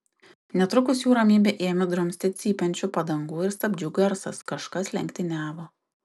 netrukus jų ramybę ėmė drumsti cypiančių padangų ir stabdžių garsas kažkas lenktyniavo